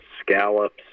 scallops